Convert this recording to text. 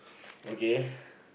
okay